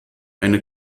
eine